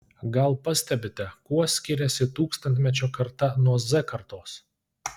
gal pastebite kuo skiriasi tūkstantmečio karta nuo z kartos